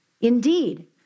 Indeed